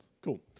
Cool